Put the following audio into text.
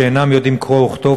שאינם יודעים קרוא וכתוב,